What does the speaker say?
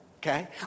okay